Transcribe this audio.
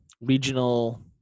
regional